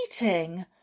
meeting